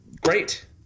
Great